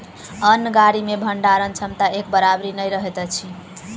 अन्न गाड़ी मे भंडारण क्षमता एक बराबरि नै रहैत अछि